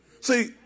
See